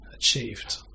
achieved